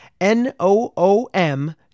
N-O-O-M